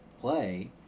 play